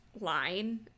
line